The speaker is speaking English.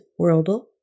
Worldle